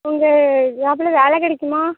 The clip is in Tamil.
உங்கள் லேப்ல வேலை கிடைக்குமா